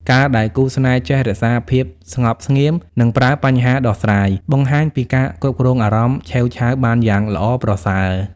ការដែលគូស្នេហ៍ចេះ "រក្សាភាពស្ងប់ស្ងៀម និងប្រើបញ្ហាដោះស្រាយ" បង្ហាញពីការគ្រប់គ្រងអារម្មណ៍ឆេវឆាវបានយ៉ាងល្អប្រសើរ។